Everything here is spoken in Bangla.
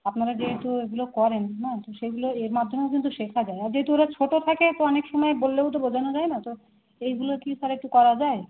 আপনারা যেহেতু এগুলো করেন না তো সেইগুলো এর মাধ্যমেও কিন্তু শেখা যায় আর যেহেতু ওরা ছোটো থাকে তো অনেক সময় বললেও তো বোঝানো যায় না তো এইগুলো কি স্যার একটু করা যায়